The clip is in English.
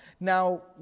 Now